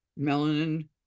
Melanin